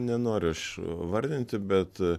nenoriu aš vardinti bet